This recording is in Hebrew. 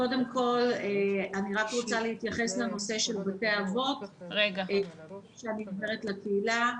רק רוצה להתייחס לנושא של בתי אבות לפני שאני עוברת לקהילה.